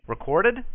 Recorded